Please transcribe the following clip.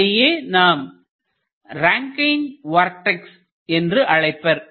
அதனையே நாம் Rankine vortex என்று அழைப்பர்